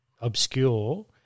obscure